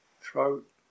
throat